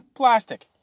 Plastic